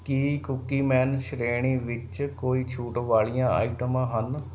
ਕੀ ਕੂਕੀ ਮੈਨ ਸ਼੍ਰੇਣੀ ਵਿੱਚ ਕੋਈ ਛੂਟ ਵਾਲੀਆਂ ਆਈਟਮਾਂ ਹਨ